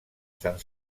sant